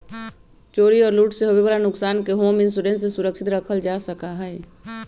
चोरी और लूट से होवे वाला नुकसान के होम इंश्योरेंस से सुरक्षित रखल जा सका हई